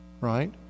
right